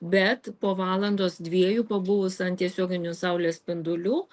bet po valandos dviejų pabuvus ant tiesioginių saulės spindulių